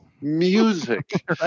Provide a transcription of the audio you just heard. music